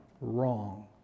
wrong